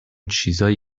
چیزای